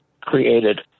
created